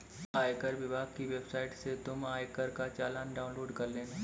आयकर विभाग की वेबसाइट से तुम आयकर का चालान डाउनलोड कर लेना